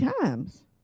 times